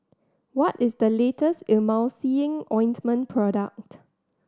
what is the latest Emulsying Ointment product